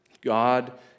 God